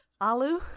Alu